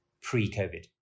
pre-COVID